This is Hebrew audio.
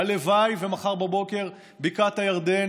הלוואי שמחר בבוקר בקעת הירדן